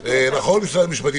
נכון, משרד המשפטים?